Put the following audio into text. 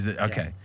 Okay